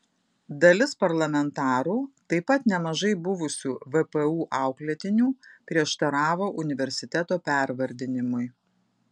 dalis parlamentarų taip pat nemažai buvusių vpu auklėtinių prieštaravo universiteto pervardinimui